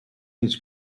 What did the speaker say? his